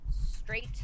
straight